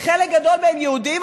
חלק גדול מהם יהודים,